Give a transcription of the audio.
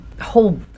whole